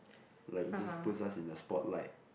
like it just put us in the spotlight